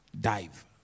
dive